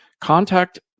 Contact